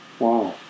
Wow